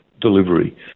delivery